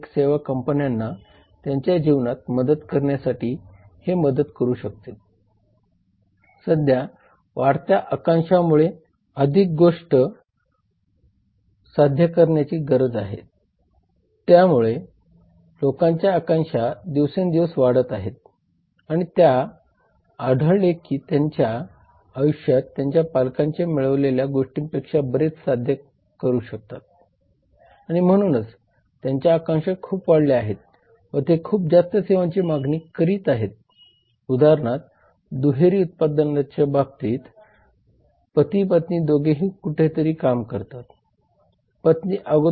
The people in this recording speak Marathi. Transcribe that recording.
त्यामुळे कोणतीही कंपनी व्हॅक्यूममध्ये चालत नाही ती काही प्रकारच्या वातावरणात चालते आणि हेच आपण या धड्यात तसेच पुढील धड्यामध्ये बघणार आहोत की कंपनीच्या वातावरणाचा कंपनीद्वारे सेवांच्या वितरणावर कसा परिणाम होतो